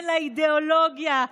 כן לאידיאולוגיה,